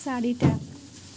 চাৰিটা